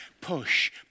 Push